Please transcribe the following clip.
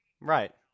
Right